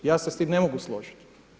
Ja se sa time ne mogu složiti.